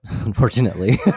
unfortunately